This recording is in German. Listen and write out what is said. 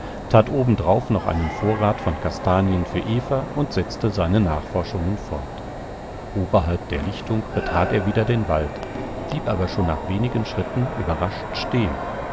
tat oben drauf noch einen vorrat von kastanien für eva und setzte seine nachforschungen fort oberhalb der lichtung betrat er wieder den wald blieb aber schon nach wenigen schritten überrascht stehen